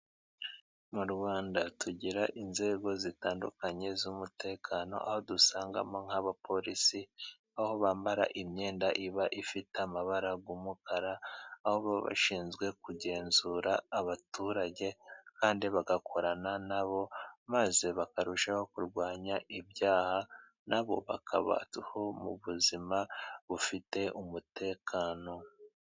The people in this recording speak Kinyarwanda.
Mu Rwanda tugira inzego zitandukanye z'umutekano, aho dusangamo nk'abapolisi aho bambara imyenda iba ifite amabara y'umukara, aho baba bashinzwe kugenzura abaturage kandi bagakorana na bo, maze bakarushaho kurwanya ibyaha na bo bakabaho mu buzima bufite umutekano.